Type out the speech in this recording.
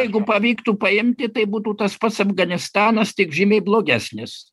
jeigu pavyktų paimti tai būtų tas pats afganistanas tik žymiai blogesnis